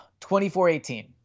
24-18